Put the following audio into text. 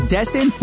Destin